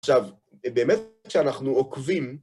עכשיו באמת כשאנחנו עוקבים